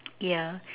ya